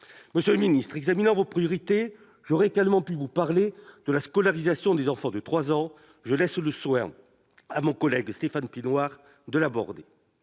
d'équilibre. En examinant vos priorités, j'aurais également pu vous parler de la scolarisation des enfants de trois ans, mais je laisse le soin à mon collègue Stéphane Piednoir d'aborder